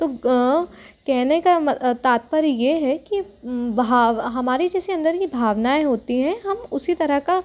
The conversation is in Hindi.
तो कहने का तात्पर्य ये है कि भाव हमारे जैसे अंदर की भावनाऍं होती हैं हम उसी तरह का